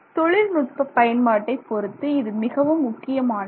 தொழில்நுட்ப பயன்பாட்டை பொருத்து இது மிகவும் முக்கியமானது